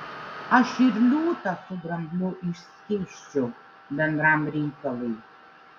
aš ir liūtą su drambliu išskėsčiau bendram reikalui